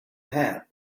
hat